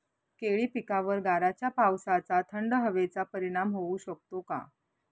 केळी पिकावर गाराच्या पावसाचा, थंड हवेचा परिणाम होऊ शकतो का?